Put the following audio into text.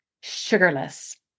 Sugarless